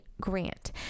grant